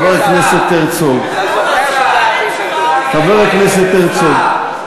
בוא, הרי חבר הכנסת הרצוג, חבר הכנסת הרצוג,